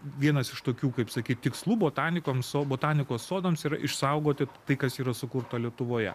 vienas iš tokių kaip sakyt tikslų botanikos sodo botanikos sodams yra išsaugoti tai kas yra sukurta lietuvoje